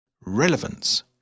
relevance